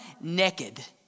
Naked